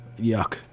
yuck